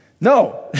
No